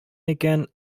икән